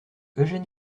eugène